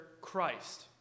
Christ